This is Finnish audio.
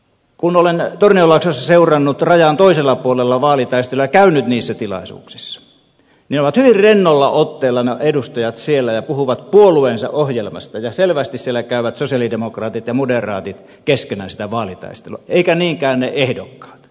kun olen tornionlaaksossa seurannut rajan toisella puolella vaalitaistelua ja käynyt niissä tilaisuuksissa niin edustajat ovat hyvin rennolla otteella siellä ja puhuvat puolueensa ohjelmasta ja selvästi siellä käyvät sosialidemokraatit ja moderaatit keskenään sitä vaalitaistelua eivätkä niinkään ne ehdokkaat